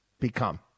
become